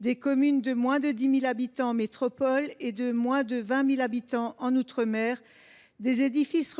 des communes de moins de 10 000 habitants en métropole, et de moins de 20 000 habitants en outre mer. Ces édifices,